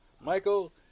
Michael